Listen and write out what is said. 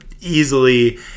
easily